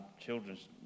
children's